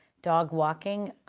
dog walking,